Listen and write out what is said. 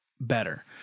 better